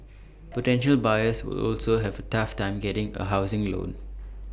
potential buyers will also have A tough time getting A housing loan